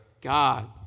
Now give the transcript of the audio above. God